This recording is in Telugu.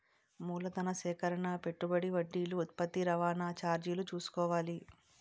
మూలధన సేకరణ పెట్టుబడి వడ్డీలు ఉత్పత్తి రవాణా చార్జీలు చూసుకోవాలి